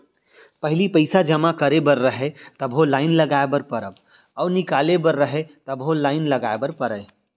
पहिली पइसा जमा करे बर रहय तभो लाइन लगाय बर परम अउ निकाले बर रहय तभो लाइन लगाय बर परय